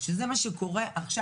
שזה מה שקורה עכשיו.